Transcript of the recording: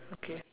okay